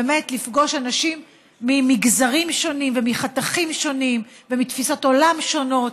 באמת לפגוש אנשים ממגזרים שונים ומחתכים שונים ומתפיסות עולם שונות.